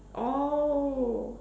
oh